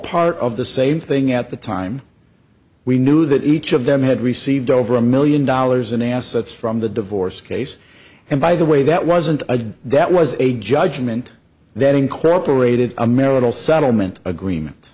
part of the same thing at the time we knew that each of them had received over a million dollars in assets from the divorce case and by the way that wasn't a that was a judgment that incorporated a marital settlement agreement